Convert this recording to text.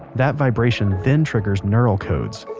that vibration then triggers neural codes,